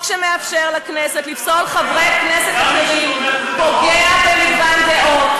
חוק שמאפשר לכנסת לפסול חברי כנסת אחרים פוגע במגוון הדעות.